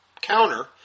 counter